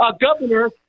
governor